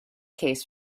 case